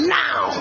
now